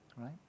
right